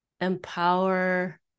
empower